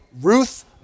Ruth